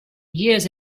years